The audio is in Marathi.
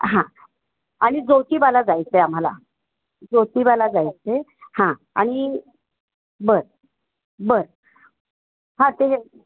हां आणि जोतीबाला जायचं आहे आम्हाला जोतीबाला जायचं आहे हां आणि बर बर हां ते